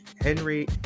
Henry